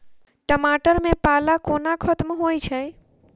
टमाटर मे पाला कोना खत्म होइ छै?